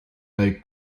bei